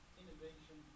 innovation